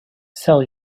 sell